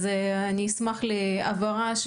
אז אני אשמח להבהרה,